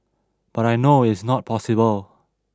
but I know is not possible